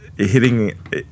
hitting